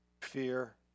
fear